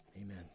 amen